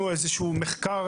מחקר,